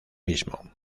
mismo